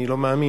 אני לא מאמין.